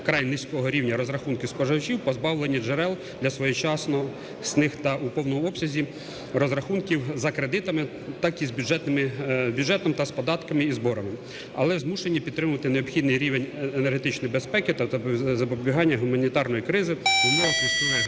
вкрай низького рівня розрахунків споживачів позбавлені джерел для своєчасних та в повному обсязі розрахунків за кредитами, так і з бюджетом та з податками і зборами, але змушені підтримувати необхідний рівень енергетичної безпеки та запобігання гуманітарної кризи в умовах